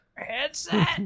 headset